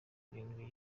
irindwi